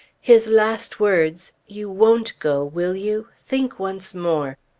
his last words, you won't go, will you? think once more!